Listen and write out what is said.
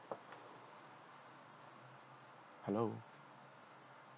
hello